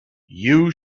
you